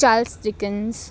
charles chickens